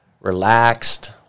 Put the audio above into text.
relaxed